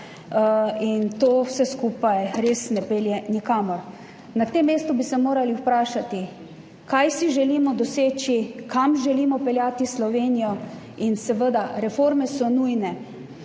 To vse skupaj res ne pelje nikamor. Na tem mestu bi se morali vprašati, kaj si želimo doseči, kam želimo peljati Slovenijo. Seveda so reforme nujne,